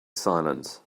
silence